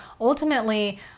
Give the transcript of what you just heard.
ultimately